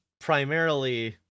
primarily